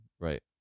right